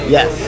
Yes